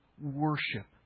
worship